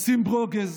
עושים ברוגז.